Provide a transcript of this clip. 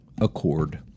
accord